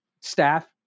staff